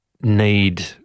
need